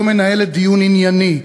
לא מנהלת דיון ענייני,